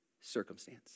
circumstance